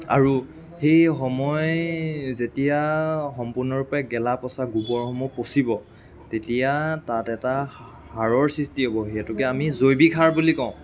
আৰু সেই সময় যেতিয়া সম্পূৰ্ণৰূপে গেলা পচা গোবৰসমূহ পচিব তেতিয়া তাত এটা সাৰৰ সৃষ্টি হ'ব সেইটোকে আমি জৈৱিক সাৰ বুলি কওঁ